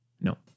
No